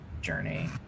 journey